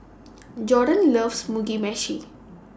Jordon loves Mugi Meshi